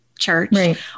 church